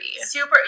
Super